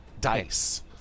Dice